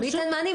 מי ייתן מענים?